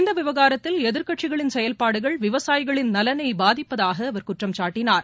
இந்த விவகாரத்தில் எதிர்க்கட்சிகளின் செயல்பாடுகள் விவசாயிகளின் நலனை பாதிப்பதாக அவர் குற்றம் சாட்டினார்